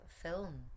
film